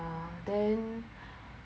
ah then